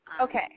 Okay